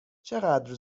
چقدر